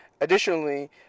Additionally